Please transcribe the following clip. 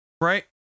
right